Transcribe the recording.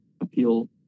appeal